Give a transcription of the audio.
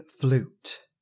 flute